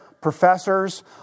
professors